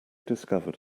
discovered